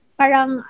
parang